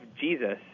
Jesus